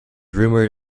rumoured